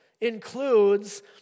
includes